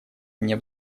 мне